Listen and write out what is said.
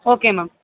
okay ma'am